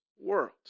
world